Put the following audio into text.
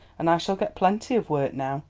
and i shall get plenty of work now.